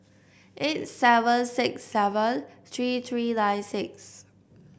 eight seven six seven three three nine six